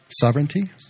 sovereignty